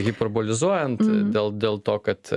hiperbolizuojant dėl dėl to kad